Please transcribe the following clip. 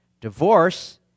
Divorce